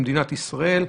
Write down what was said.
למדינת ישראל.